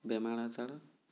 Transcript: বেমাৰ আজাৰ